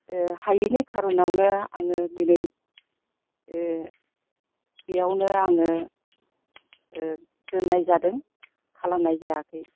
हायिनि खार'नावनो आङो दिनै बेयावनो आङो दोननाय जादों खालामनाय जायाखै